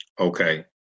Okay